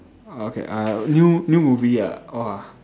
uh okay uh new new movie ah !wah!